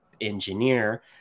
engineer